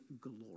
glory